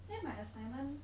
then my assignment